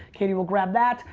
katie we'll grab that.